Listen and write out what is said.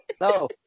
No